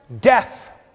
death